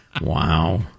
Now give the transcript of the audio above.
Wow